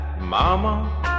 mama